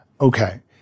Okay